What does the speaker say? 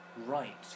right